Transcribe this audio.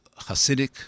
Hasidic